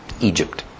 Egypt